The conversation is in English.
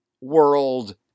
world